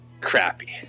Crappy